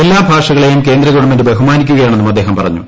എല്ലാ ഭാഷകളെയും കേന്ദ്രഗവൺമെന്റ് ബഹുമാനിക്കുകയാണെന്നും അദ്ദേഹം പറഞ്ഞു